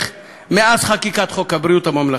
מאז חקיקת חוק ביטוח בריאות ממלכתי.